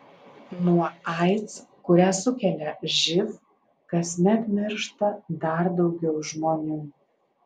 nuo aids kurią sukelia živ kasmet miršta dar daugiau žmonių